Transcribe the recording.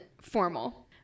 formal